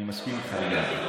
מסכים איתך לגמרי.